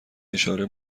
اشاره